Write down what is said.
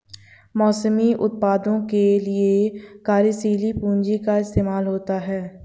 मौसमी उत्पादों के लिये कार्यशील पूंजी का इस्तेमाल होता है